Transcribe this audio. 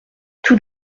tout